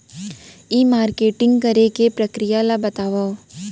ई marketing करे के प्रक्रिया ला बतावव?